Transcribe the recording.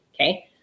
Okay